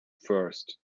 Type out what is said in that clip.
first